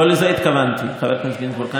לא לזה התכוונתי, חבר הכנסת גינזבורג.